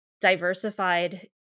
diversified